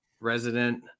resident